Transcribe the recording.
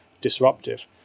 disruptive